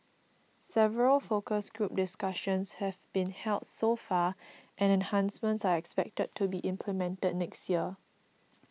several focus group discussions have been held so far and enhancements are expected to be implemented next year